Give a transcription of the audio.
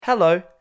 Hello